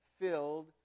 filled